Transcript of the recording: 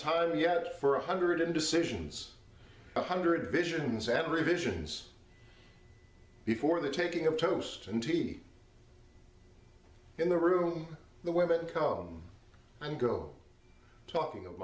tire yet for a hundred and decisions a hundred visions at revisions before the taking of toast and tea in the room the women come and go talking of